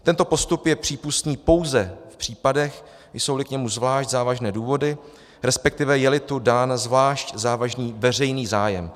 Tento postup je přípustný pouze v případech, jsouli k němu zvlášť závažné důvody, resp. jeli tu dán zvlášť závažný veřejný zájem.